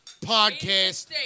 podcast